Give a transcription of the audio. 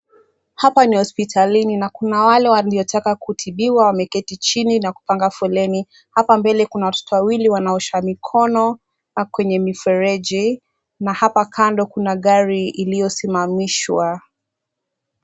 Hapa ni hospitalini na kuna wale waliotaka kutibiwa wameketi chini na kupanga foleni. Hapa mbele kuna watoto wawili wanaosha mikono kwenye mifereji na hapa kando kuna gari iliosimamishwa.